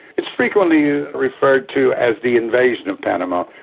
it's frequently referred to as the invasion of panama.